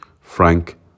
Frank